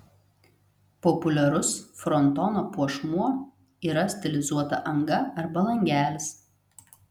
populiarus frontono puošmuo yra stilizuota anga arba langelis